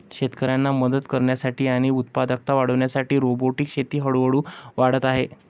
शेतकऱ्यांना मदत करण्यासाठी आणि उत्पादकता वाढविण्यासाठी रोबोटिक शेती हळूहळू वाढत आहे